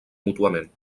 mútuament